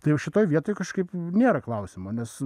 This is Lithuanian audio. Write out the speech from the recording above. tai jau šitoj vietoj kažkaip nėra klausimo nes